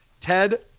Ted